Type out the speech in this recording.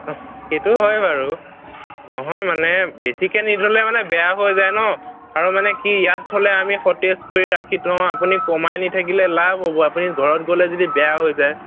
সেইটো হয় বাৰু নহয় মানে বেছিকে নি থ'লে মানে বেয়া হৈ যায় ন আৰু মানে কি ইয়াত থ'লে আমি সতেজ কৰি ৰাখি থওঁ আপুনি কমাই নি থাকিলে লাভ হ'ব আপুনি ঘৰত গ'লে যদি বেয়া হৈ যায়